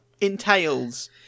entails